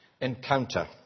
encounter